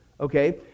okay